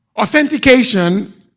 Authentication